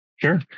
Sure